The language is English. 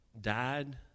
died